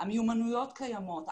המיומנויות קיימות,